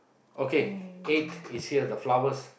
okay eight is here the flowers